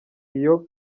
iyo